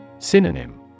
Synonym